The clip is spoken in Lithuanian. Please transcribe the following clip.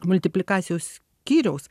multiplikacijos skyriaus